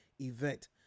event